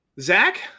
Zach